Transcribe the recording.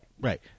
Right